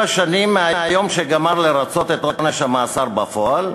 שנים מהיום שגמר לרצות את עונש המאסר בפועל,